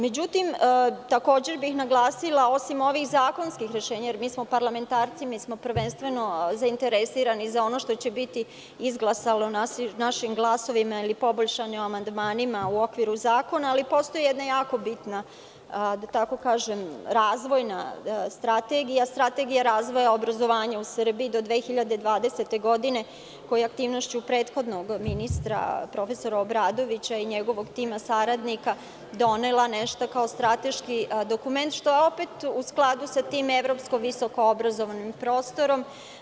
Međutim, takođe bih naglasila osim ovih zakonskih rešenja, jer mi smo parlamentarci, mi smo prvenstveno zainteresovani za ono što će biti izglasano našim glasovima ili poboljšano amandmanima u okviru zakona, postoji jedna jako bitna razvojna strategija – Strategija razvoja obrazovanja u Srbiji do 2020. godine, koja je aktivnošću prethodnog ministra prof. Obradovića i njegovog tima saradnika donela nešto kao strateški dokument, što je opet u skladu sa tim evropsko visokoobrazovnim prostorom.